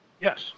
Yes